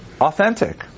authentic